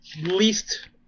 least